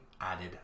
added